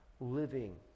Living